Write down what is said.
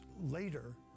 later